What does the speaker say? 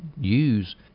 use